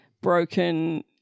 broken